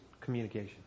communication